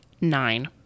Nine